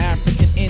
African